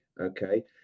Okay